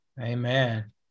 Amen